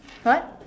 what